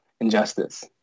injustice